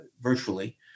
virtually